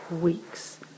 weeks